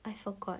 I forgot